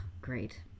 great